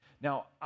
Now